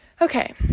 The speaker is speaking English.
Okay